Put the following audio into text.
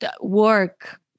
work